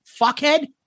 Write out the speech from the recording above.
fuckhead